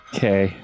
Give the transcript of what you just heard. Okay